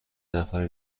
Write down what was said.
نفر